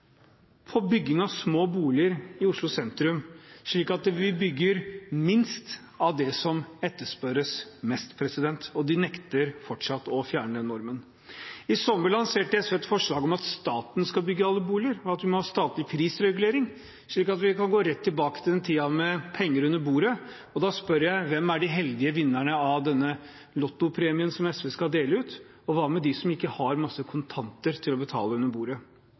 for bygging av små boliger i Oslo sentrum, slik at vi bygger minst av det som etterspørres mest, og de nekter fortsatt å fjerne normen. I sommer lanserte SV et forslag om at staten skal bygge alle boliger, og at vi må ha statlig prisregulering, slik at vi kan gå rett tilbake til tiden med penger under bordet, og da spør jeg: Hvem er de heldige vinnerne av denne Lotto-premien som SV skal dele ut, og hva med dem som ikke har masse kontanter til å betale under bordet?